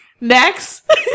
Next